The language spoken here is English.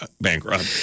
bankrupt